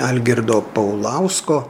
algirdo paulausko